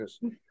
yes